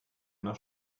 nach